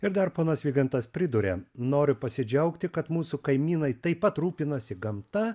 ir dar ponas vygandas priduria noriu pasidžiaugti kad mūsų kaimynai taip pat rūpinasi gamta